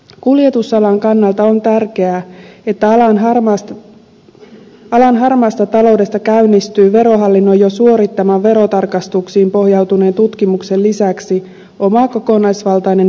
kuljetusalan kannalta on tärkeää että alan harmaasta taloudesta käynnistyy verohallinnon jo suorittaman verotarkastuksiin pohjautuneen tutkimuksen lisäksi oma kokonaisvaltainen erillistutkimuksensa